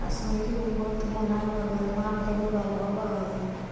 कश्मीरी ऊन बहुत मुलायम आउ गर्माहट देवे वाला होवऽ हइ